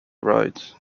ride